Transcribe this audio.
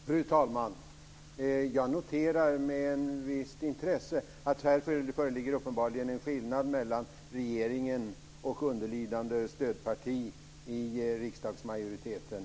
Fru talman! Jag noterar med visst intresse att här uppenbarligen föreligger en skillnad mellan regeringen och underlydande stödparti i riksdagsmajoriteten.